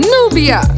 Nubia